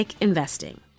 investing